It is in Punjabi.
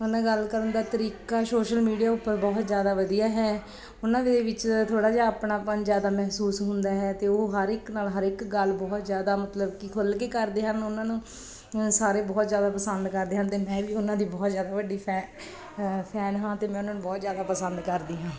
ਉਹਨਾਂ ਦਾ ਮੈਂ ਗੱਲ ਕਰਨ ਦਾ ਤਰੀਕਾ ਸ਼ੋਸ਼ਲ ਮੀਡੀਆ ਉੱਪਰ ਬਹੁਤ ਜ਼ਿਆਦਾ ਵਧੀਆ ਹੈ ਉਹਨਾਂ ਦੇ ਵਿੱਚ ਥੋੜ੍ਹਾ ਜਿਹਾ ਆਪਣਾਪਨ ਜ਼ਿਆਦਾ ਮਹਿਸੂਸ ਹੁੰਦਾ ਹੈ ਅਤੇ ਉਹ ਹਰ ਇੱਕ ਨਾਲ ਹਰ ਇੱਕ ਗੱਲ ਬਹੁਤ ਜ਼ਿਆਦਾ ਮਤਲਬ ਕਿ ਖੁੱਲ੍ਹ ਕੇ ਕਰਦੇ ਹਨ ਉਹਨਾਂ ਨੂੰ ਸਾਰੇ ਬਹੁਤ ਜ਼ਿਆਦਾ ਪਸੰਦ ਕਰਦੇ ਹਨ ਅਤੇ ਮੈਂ ਵੀ ਉਹਨਾਂ ਦੀ ਬਹੁਤ ਜ਼ਿਆਦਾ ਵੱਡੀ ਫੈ ਫੈਨ ਹਾਂ ਅਤੇ ਮੈਂ ਉਹਨਾਂ ਨੂੰ ਬਹੁਤ ਜ਼ਿਆਦਾ ਪਸੰਦ ਕਰਦੀ ਹਾਂ